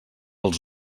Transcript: els